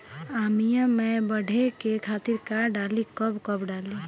आमिया मैं बढ़े के खातिर का डाली कब कब डाली?